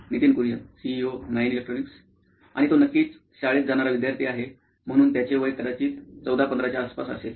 Nitin Kurian COO nine electronics आणि तो नक्कीच शाळेत जाणारा विद्यार्थी आहे म्हणून त्याचे वय कदाचित 14 15 च्या आसपास असेल